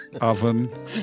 Oven